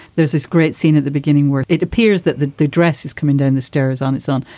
there's this great scene at the beginning worth it appears that the the dress is coming down the stairs on its own.